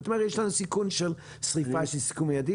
ואתה אומר: יש לנו סיכון של שריפה שהיא סיכון מיידי,